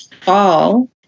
fall